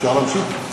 אפשר להמשיך?